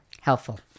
Helpful